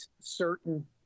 certain